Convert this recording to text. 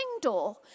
door